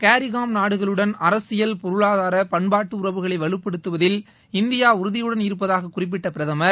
CARICOM நாடுகளுடன் அரசியல் பொருளாதார பண்பாட்டு உறவுகளை வலுப்படுத்துவதில் இந்தியா உறுதியுடன் இருப்பதாக குறிப்பிட்ட பிரதமர்